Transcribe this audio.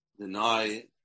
deny